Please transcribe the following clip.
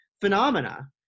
phenomena